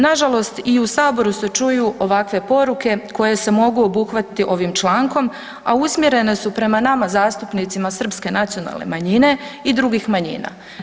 Nažalost i u Saboru se čuju ovakve poruke koje se mogu obuhvatiti ovim člankom, a usmjerene su prema nama zastupnicima Srpske nacionalne manjine i drugih manjina.